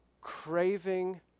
craving